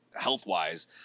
health-wise